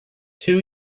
two